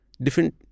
different